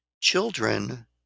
Children